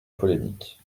polémique